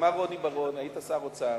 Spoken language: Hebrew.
מר רוני בר-און, היית שר אוצר.